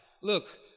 Look